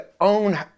own